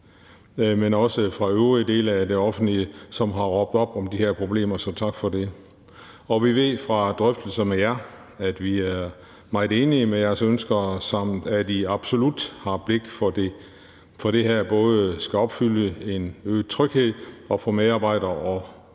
men også fra øvrige dele af det offentlige, som har råbt op om de her problemer, så tak for det. Og vi ved fra drøftelser med jer, at vi er meget enige i jeres ønsker, samt at I absolut har blik for, at det her både skal give en øget tryghed for medarbejdere og